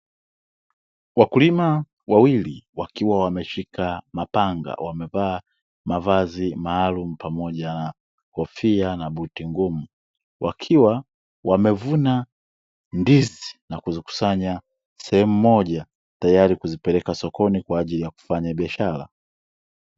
Wakulima wawili wakiwa wameshika mapanga wamevaa mavazi maalumu pamoja na kofia na buti ngumu, wakiwa wamevuna ndizi na kuzikusanya sehemu moja tayari kuzipeleka sokoni kwa ajili ya kufanya biashara.